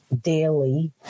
daily